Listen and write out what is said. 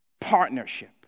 partnership